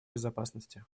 безопасности